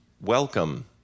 Welcome